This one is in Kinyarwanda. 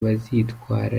bazitwara